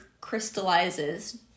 crystallizes